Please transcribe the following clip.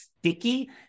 sticky